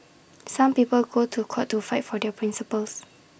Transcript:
some people go to court to fight for their principles